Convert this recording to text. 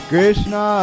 Krishna